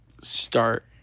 start